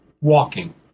walking